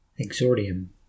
Exordium